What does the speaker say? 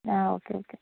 ആ okay okay